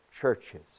churches